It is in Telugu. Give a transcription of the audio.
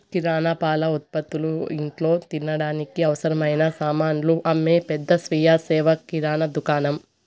కిరణా, పాల ఉత్పతులు, ఇంట్లో తినడానికి అవసరమైన సామానులు అమ్మే పెద్ద స్వీయ సేవ కిరణా దుకాణం